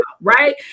right